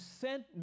sent